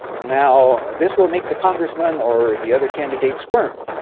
now this will make the congressman or the other candidates squirm.